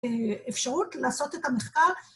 ‫אפשרות לעשות את המחקר.